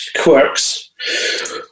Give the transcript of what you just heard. Quirks